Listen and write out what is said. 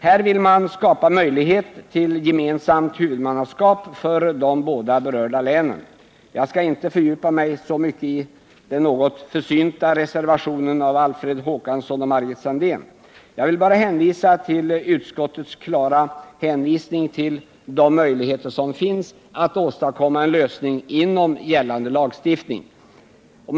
Här vill man skapa möjlighet till gemensamt huvudmannaskap för de båda berörda länen. Jag skall inte fördjupa mig så mycket i den något försynta reservationen av Alfred Håkansson och Margit Sandéhn utan bara peka på utskottets klara hänvisning till de möjligheter som finns att åstadkomma en lösning inom ramen för den gällande lagstiftningen.